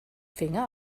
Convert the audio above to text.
finger